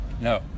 No